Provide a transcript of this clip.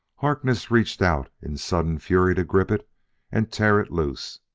harkness reached out in sudden fury to grip it and tear it loose.